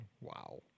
Wow